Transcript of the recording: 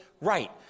right